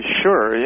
sure